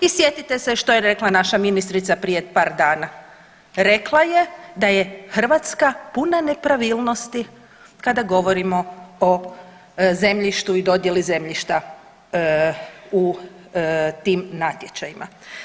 I sjetite se što je rekla naša ministrica prije par dana, rekla je da je Hrvatska puna nepravilnosti kada govorimo o zemljištu i dodjeli zemljišta u tim natječajima.